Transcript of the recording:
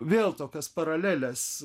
vėl tokias paraleles